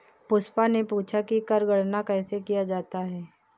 पुष्पा ने पूछा कि कर गणना कैसे किया जाता है?